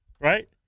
Right